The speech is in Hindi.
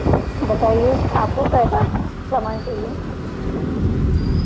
बताईए आपको कैसा समान चाहिए